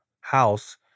house